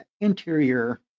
interior